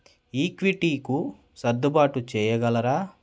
ఈక్విటీకు సర్దుబాటు చేయగలరా